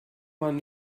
man